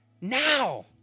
now